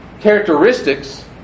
characteristics